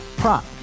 prop